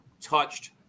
touched